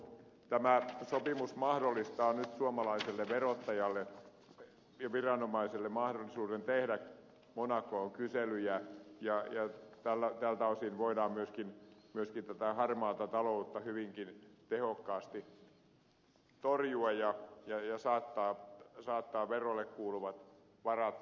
tämä sopimus mahdollistaa nyt suomalaiselle verottajalle ja viranomaiselle mahdollisuuden tehdä monacoon kyselyjä ja tältä osin voidaan myöskin tätä harmaata taloutta hyvinkin tehokkaasti torjua ja saattaa verolle kuuluvat varat verotuksen piiriin